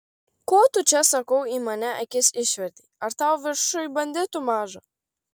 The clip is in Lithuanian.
ko tu čia sakau į mane akis išvertei ar tau viršuj banditų maža